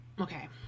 Okay